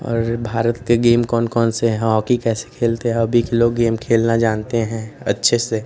और भारत के गेम कौन कौन से हैं हॉकी कैसे खेलते हैं अभी के लोग गेम खेलना जानते हैं अच्छे से